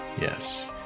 yes